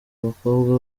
bakobwa